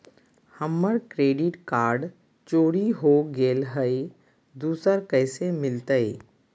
हमर credit card चोरी हो गेलय हई, दुसर कैसे मिलतई?